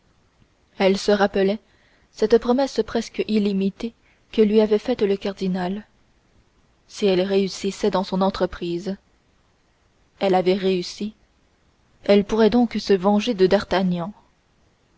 elle se rappelait cette promesse presque illimitée que lui avait faite le cardinal si elle réussissait dans son entreprise elle avait réussi elle pourrait donc se venger de d'artagnan